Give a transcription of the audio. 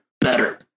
Better